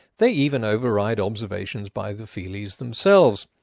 they even override observations by the feelies themselves.